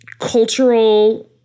cultural